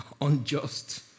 unjust